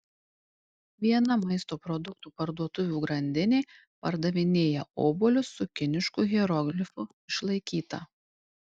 viena maisto produktų parduotuvių grandinė pardavinėja obuolius su kinišku hieroglifu išlaikyta